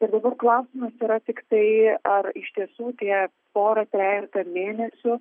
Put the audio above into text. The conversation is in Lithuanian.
tai dabar klausimas yra tiktai ar iš tiesų tie porą trejetą mėnesių